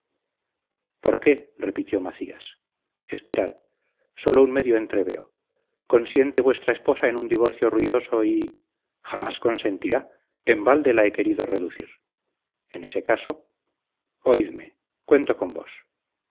qué repitió macías esperad sólo un medio entreveo consiente vuestra esposa en un divorcio ruidoso y jamás consentirá en balde la he querido reducir en ese caso oídme cuento con vos